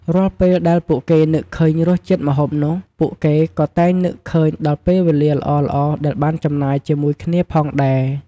រាល់ពេលដែលពួកគេនឹកឃើញរសជាតិម្ហូបនោះ ពួកគេក៏តែងនឹកឃើញដល់ពេលវេលាល្អៗដែលបានចំណាយជាមួយគ្នាផងដែរ។